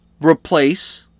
replace